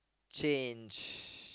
change